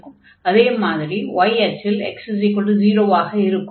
அதே மாதிரி y அச்சில் x0 ஆக இருக்கும்